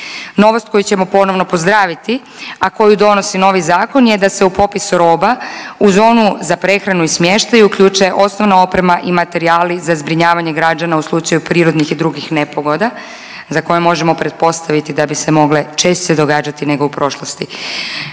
Novost koju ćemo ponovno pozdraviti, a koju donosi novi zakon je da se u popisu roba uz onu za prehranu i smještaj uključe osnovna oprema i materijali za zbrinjavanje građana u slučaju prirodnih i drugih nepogoda za koje možemo pretpostaviti da bi se mogle češće događati nego u prošlosti,